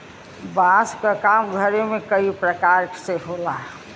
बांस क काम घरे में कई परकार से होला